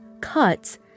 cuts